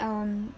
um